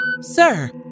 Sir